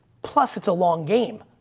plus it's a long game.